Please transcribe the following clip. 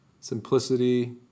Simplicity